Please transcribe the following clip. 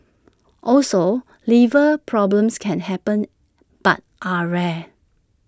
also liver problems can happen but are rare